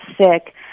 sick